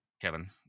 Kevin